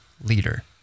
leader